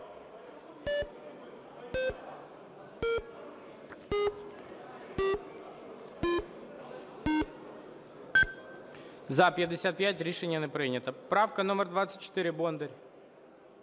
За-55 Рішення не прийнято. Правка номер 24, Бондар.